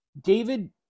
David